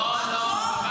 טלי, זה אותו חוק.